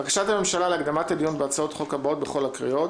בקשת הממשלה להקדמת הדיון בהצעות החוק הבאות בכל הקריאות: